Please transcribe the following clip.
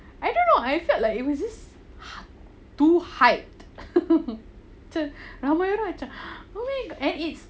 I don't know I felt like it was just ha~ too hard cam am I right macam and it's